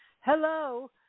hello